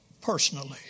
Personally